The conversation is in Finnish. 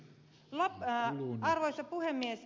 arvoisa puhemies